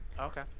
Okay